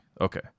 Okay